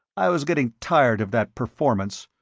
i was getting tired of that performance.